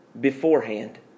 beforehand